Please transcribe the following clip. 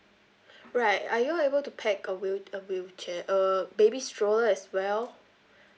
right are y'all able to pack a wheel a wheelchair uh baby stroller as well